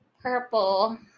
Purple